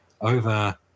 over